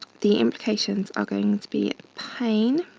the implications are going to be pain